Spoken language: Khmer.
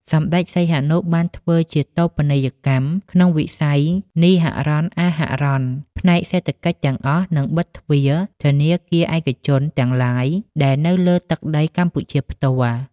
សម្តេច សីហនុបានធ្វើជាតូបនីយកម្មក្នុងវិស័យនីហរ័ណ អាហរ័ណ ផ្នែកសេដ្ឋកិច្ចទាំងអស់ និងបិទទ្វារ ធនាគារឯកជនទាំងឡាយដែលនៅលើទឹកដីកម្ពុជាផ្ទាល់។